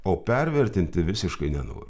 o pervertinti visiškai nenoriu